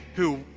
who?